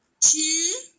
two